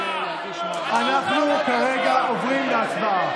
אנחנו כרגע עוברים להצבעה.